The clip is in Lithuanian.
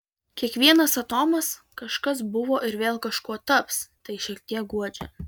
kiekvienas atomas kažkas buvo ir vėl kažkuo taps tai šiek tiek guodžia